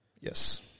Yes